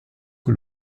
que